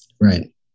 right